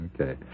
Okay